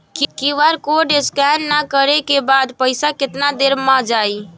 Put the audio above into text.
QR code scan न करे क बाद पइसा केतना देर म जाई?